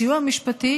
סיוע משפטי